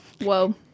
Whoa